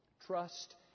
Trust